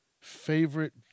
Favorite